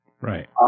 Right